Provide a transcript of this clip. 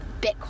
Bitcoin